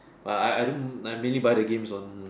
but I I don't I mainly buy the games on